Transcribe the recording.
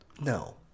No